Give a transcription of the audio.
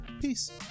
peace